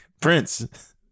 Prince